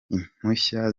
impushya